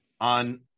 on